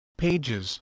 Pages